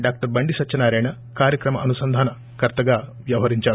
డా బండి సత్యనారాయణ కార్యక్రమ అనుసంధాన కర్తగా వ్యవహరించారు